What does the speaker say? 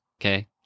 Okay